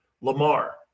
Lamar